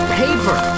paper